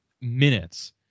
minutes